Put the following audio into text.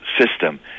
system